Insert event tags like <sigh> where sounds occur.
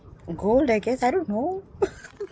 gold I guess I don't know <laughs>